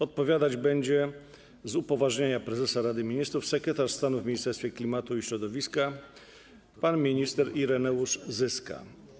Odpowiadać będzie, z upoważnienia prezesa Rady Ministrów, sekretarz stanu w Ministerstwie Klimatu i Środowiska pan minister Ireneusz Zyska.